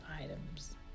items